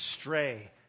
stray